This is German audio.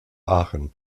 aachen